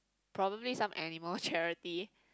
probably some animal charity